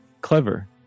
clever